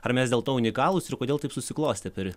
ar mes dėl to unikalūs ir kodėl taip susiklostė per